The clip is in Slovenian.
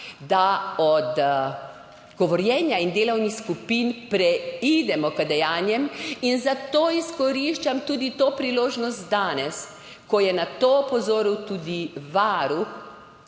da od govorjenja in delovnih skupin preidemo k dejanjem, in zato izkoriščam tudi to priložnost danes, ko je na to opozoril tudi Varuh,